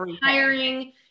hiring